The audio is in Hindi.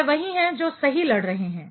वे वही हैं जो सही लड़ रहे हैं